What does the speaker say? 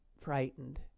frightened